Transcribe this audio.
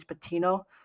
Patino